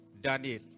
Daniel